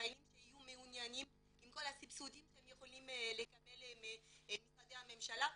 ישראליים שיהיו מעוניינים עם כל הסבסודים שהם יכולים לקבל ממשרדי הממשלה,